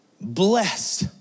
blessed